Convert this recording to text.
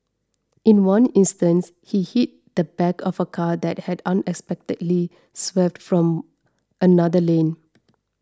in one instance he hit the back of a car that had unexpectedly swerved from another lane